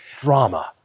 drama